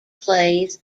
plays